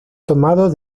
tomado